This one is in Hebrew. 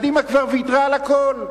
קדימה כבר ויתרה על הכול,